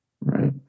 Right